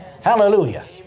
Hallelujah